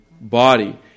body